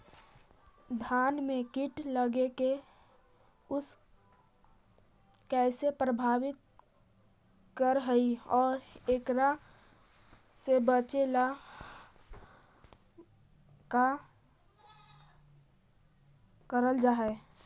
धान में कीट लगके उसे कैसे प्रभावित कर हई और एकरा से बचेला का करल जाए?